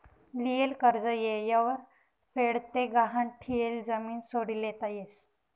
लियेल कर्ज येयवर फेड ते गहाण ठियेल जमीन सोडी लेता यस